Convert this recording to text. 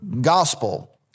gospel